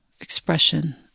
expression